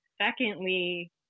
Secondly